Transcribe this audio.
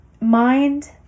Mind